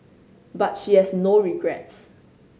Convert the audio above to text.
but she has no regrets